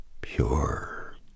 Pure